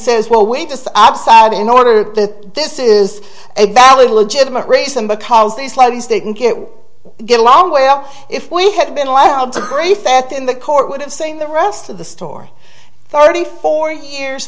says well we just ob side in order that this is a valid legitimate raise them because they slowly state and get get a long way off if we had been allowed to grace that in the court would have seen the rest of the story thirty four years